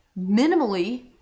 Minimally